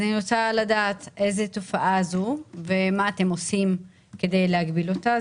אז אני רוצה לדעת איזה תופעה זו ומה אתם עושים כדי להגביל אותה?